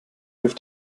hilf